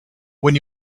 when